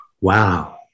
wow